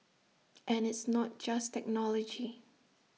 and it's not just technology